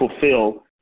fulfill